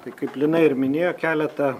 tai kaip lina ir minėjo keletą